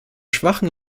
schwachen